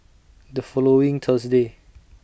The following Thursday